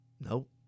Nope